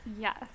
Yes